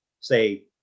say